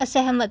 ਅਸਹਿਮਤ